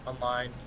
online